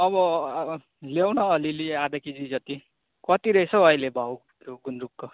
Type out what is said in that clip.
अब ल्याउन अलिअलि आधा केजी जति कति रहेछ हौ अहिले भाउ गुन्द्रुकको